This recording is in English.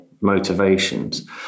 motivations